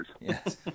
Yes